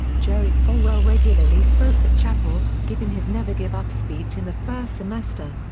jerry falwell regularly spoke at chapel, giving his never give up speech in the first semester.